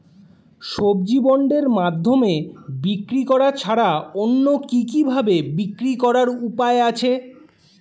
সবজি বন্ডের মাধ্যমে বিক্রি করা ছাড়া অন্য কি কি ভাবে বিক্রি করার উপায় আছে?